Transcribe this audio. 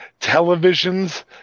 televisions